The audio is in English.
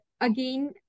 again